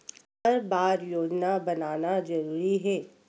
हर बार योजना बनाना जरूरी है?